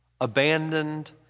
abandoned